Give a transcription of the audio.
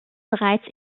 bereits